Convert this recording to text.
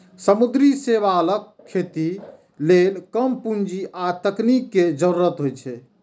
समुद्री शैवालक खेती लेल कम पूंजी आ तकनीक के जरूरत होइ छै